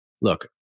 Look